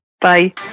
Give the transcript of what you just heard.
Bye